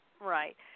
right